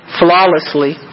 flawlessly